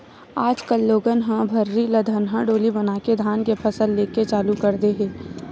आज कल लोगन ह भर्री ल धनहा डोली बनाके धान के फसल लेके चालू कर दे हे